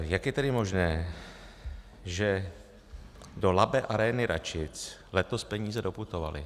Jak je tedy možné, že do Labe arény Račic letos peníze doputovaly?